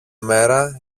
μέρα